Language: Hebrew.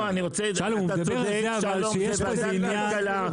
לא, אתה צודק שיש ועדת כלכלה.